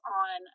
on